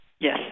Yes